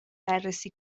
بررسی